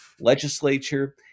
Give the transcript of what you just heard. legislature